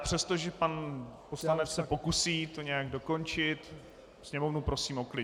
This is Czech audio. Přestože pan poslanec se pokusí to nějak dokončit, sněmovnu prosím o klid.